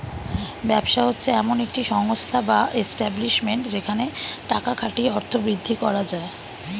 ব্যবসা হচ্ছে এমন একটি সংস্থা বা এস্টাব্লিশমেন্ট যেখানে টাকা খাটিয়ে অর্থ বৃদ্ধি করা যায়